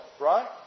right